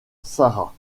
sara